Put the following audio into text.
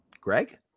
Greg